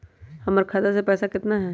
हमर खाता मे पैसा केतना है?